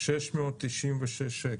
696 שקל.